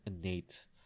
innate